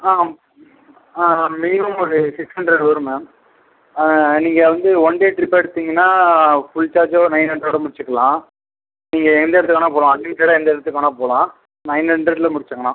ஆமாம் மினிமம் ஒரு six hundred வரும் மேம் நீங்கள் வந்து ஒன் டே ட்ரிப்பாக எடுத்தீங்கன்னா ஃபுல் சார்ஜோ நயன் ஹண்ட்ரட்டோட முடிச்சுக்கலாம் நீங்கள் எந்த இடத்துக்கு வேணால் போகலாம் அன்லிமிடடாக எந்த இடத்துக்கு வேணால் போகலாம் நயன் ஹண்ட்ரட்டில் முடிச்சுக்கலாம்